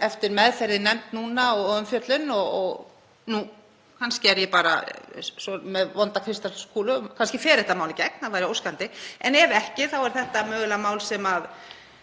eftir meðferð í nefnd og umfjöllun — kannski er ég bara með svona vonda kristalskúlu, kannski fer þetta mál í gegn, það væri óskandi, en ef ekki þá er þetta mögulega mál sem